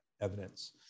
evidence